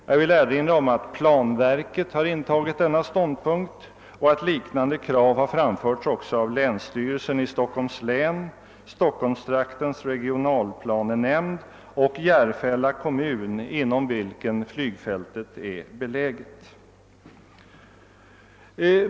Jag vill erinra om att planverket har intagit denna ståndpunkt och att liknande krav har framförts av länsstyrelsen i Stockholms län, Stockholmstraktens regionplanenämnd och Järfälla kommun, inom vilken flygfältet är beläget.